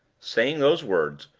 saying those words,